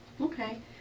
Okay